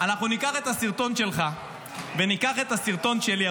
אנחנו ניקח את הסרטון שלך וניקח את הסרטון שלי,